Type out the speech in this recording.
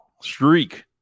streak